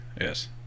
Yes